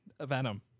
Venom